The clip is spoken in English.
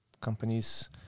companies